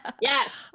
yes